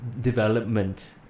development